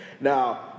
Now